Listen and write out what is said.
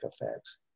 effects